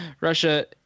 Russia